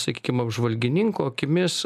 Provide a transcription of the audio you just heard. sakykim apžvalgininko akimis